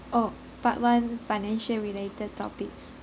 oh part one financial related topics